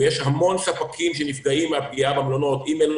ויש המון ספקים שנפגעים מן הפגיעה במלונות אם אלו